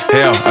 Hell